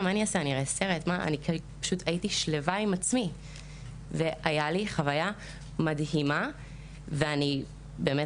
הייתי שלווה והייתה לי חוויה מדהימה ואני באמת